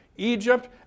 Egypt